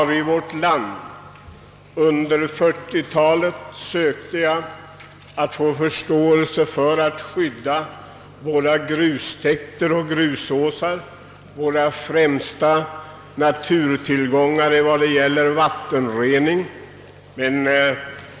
Under 1940-talet försökte jag vinna förståelse för behovet av att skydda grustäkter och grusåsar, som är våra främsta naturtillgångar för vattenrening.